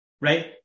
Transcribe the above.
right